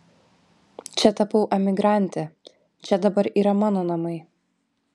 čia tapau emigrante čia dabar yra mano namai